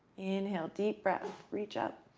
inhale, deep breath, reach up,